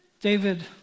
David